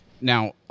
Now